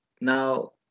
Now